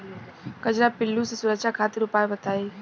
कजरा पिल्लू से सुरक्षा खातिर उपाय बताई?